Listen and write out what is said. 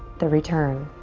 the return.